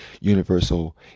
universal